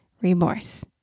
remorse